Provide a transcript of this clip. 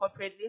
corporately